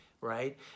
right